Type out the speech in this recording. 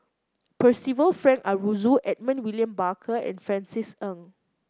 Percival Frank Aroozoo Edmund William Barker and Francis Ng